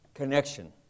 connection